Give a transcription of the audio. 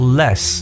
less